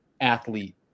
athlete